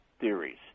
theories